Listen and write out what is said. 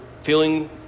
feeling